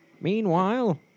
Meanwhile